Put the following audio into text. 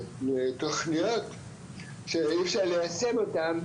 לתוכניות שאי אפשר ליישם אותם,